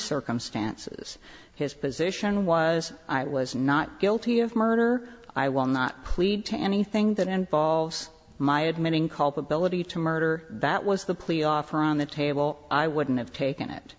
circumstances his position was i was not guilty of murder i will not plead to anything that involves my admitting culpability to murder that was the plea offer on the table i wouldn't have taken it